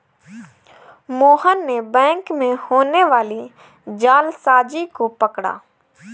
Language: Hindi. मोहन ने बैंक में होने वाली जालसाजी को पकड़ा